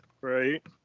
right